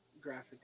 graphic